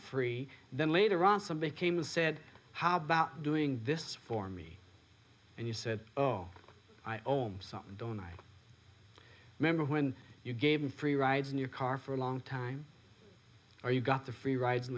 free then later on somebody came and said how about doing this for me and you said oh i oh i'm sorry i don't i remember when you gave him free rides in your car for a long time or you got the free ride